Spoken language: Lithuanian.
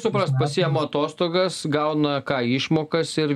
suprast pasiima atostogas gauna ką išmokas ir